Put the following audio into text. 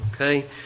okay